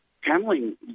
handling